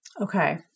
Okay